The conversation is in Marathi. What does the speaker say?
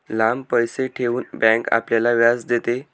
लांब पैसे ठेवून बँक आपल्याला व्याज देते